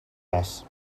res